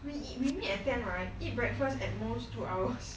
we eat we meet at ten right eat breakfast at most two hours